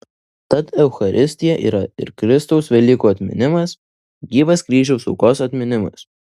tad eucharistija yra ir kristaus velykų atminimas gyvas kryžiaus aukos atminimas